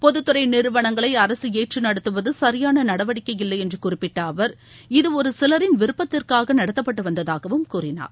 பொதுத்துறை நிறுவனங்களை அரசு ஏற்று நடத்துவது சரியான நடவடிக்கை இல்லை என்று குறிப்பிட்ட அவர் இது ஒரு சிலரின் விருப்பத்திற்காக நடத்தப்பட்டு வந்ததாகவும் கூறினார்